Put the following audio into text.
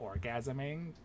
orgasming